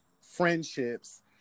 friendships